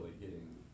hitting